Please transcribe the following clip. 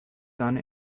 done